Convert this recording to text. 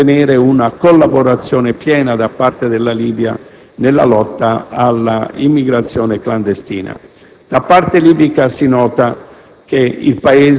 si potesse ottenere una collaborazione piena da parte della Libia nella lotta all'immigrazione clandestina. Da parte libica si nota